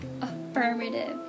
affirmative